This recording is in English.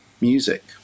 music